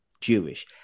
jewish